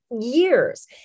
years